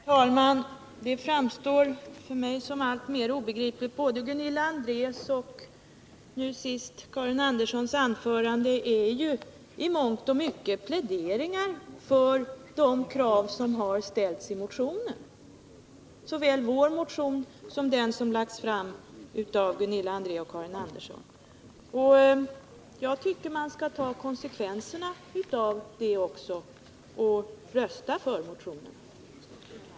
Herr talman! Debatten framstår för mig som alltmer obegriplig. Både Gunilla Andrés och nu senast Eva Winthers anföranden är ju i mångt och mycket pläderingar för de krav som har ställts såväl i vår motion som i den motion som väckts av Gunilla André och Karin Andersson. Jag tycker att man skall ta konsekvenserna av det och rösta för motionerna.